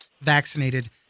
vaccinated